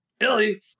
Illy